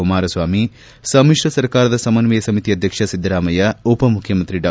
ಕುಮಾರಸ್ವಾಮಿ ಸಮಿಶ್ರ ಸರ್ಕಾರದ ಸಮನ್ವಯ ಸಮಿತಿ ಅಧ್ಯಕ್ಷ ಸಿದ್ದರಾಮಯ್ಯ ಉಪ ಮುಖ್ಯಮಂತ್ರಿ ಡಾ